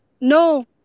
no